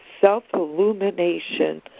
self-illumination